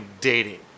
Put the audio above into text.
dating